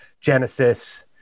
genesis